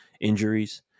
injuries